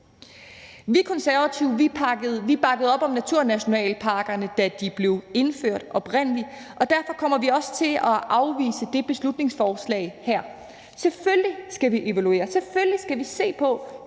Vi Konservative bakkede op om naturnationalparkerne, da de oprindelig blev indført, og derfor kommer vi også til at afvise det beslutningsforslag her. Selvfølgelig skal vi evaluere;